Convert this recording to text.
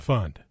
Fund